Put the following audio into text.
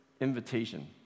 invitation